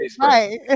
right